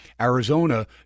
Arizona